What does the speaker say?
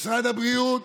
משרד הבריאות